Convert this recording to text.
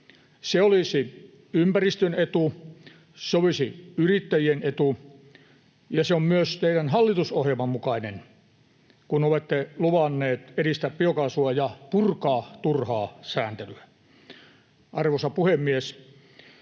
Se olisi ympäristön etu. Se olisi yrittäjien etu. Ja se on myös teidän hallitusohjelman mukaista, kun olette luvanneet edistää biokaasua ja purkaa turhaa sääntelyä. Arvoisa puhemies!